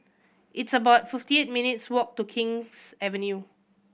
it's about fifty minutes' walk to King's Avenue